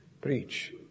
preach